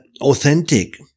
authentic